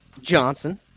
Johnson